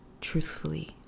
truthfully